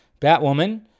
batwoman